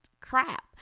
crap